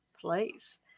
place